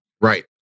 Right